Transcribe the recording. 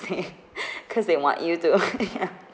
cause they want you to ya